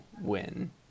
win